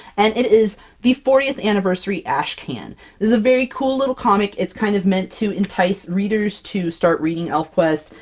and it is the fortieth anniversary ashcan! this is a very cool little comic. it's kind of meant to entice readers to start reading elfquest.